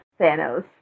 Thanos